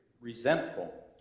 resentful